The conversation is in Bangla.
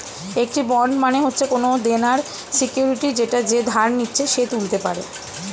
একটি বন্ড মানে হচ্ছে কোনো দেনার সিকিউরিটি যেটা যে ধার নিচ্ছে সে তুলতে পারে